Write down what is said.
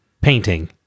painting